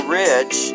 rich